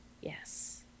Yes